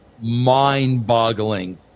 mind-boggling